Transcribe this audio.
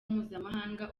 mpuzamahanga